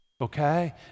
okay